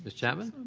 ah chapman?